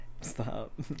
stop